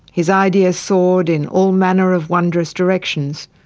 his ideas soared in all manners of wondrous directions,